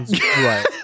right